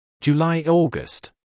July-August